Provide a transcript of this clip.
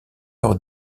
leur